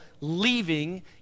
leaving